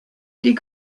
die